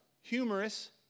humorous